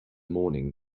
morning